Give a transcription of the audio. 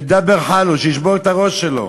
בדבר ח'לו, שישבור את הראש שלו.